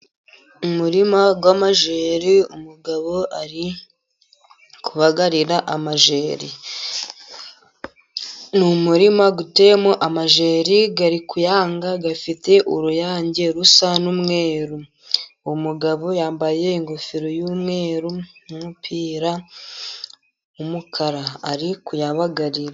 Umurima w'amajeri, umugabo ari kubagarira amajeri. Ni umurima uteyemo amajeri ari kuyanga, afite uruyange rusa n'umweru, umugabo yambaye ingofero y'umweru n'umupira w'umukara, ari kuyabagarira.